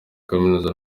kaminuza